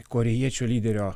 korėjiečių lyderio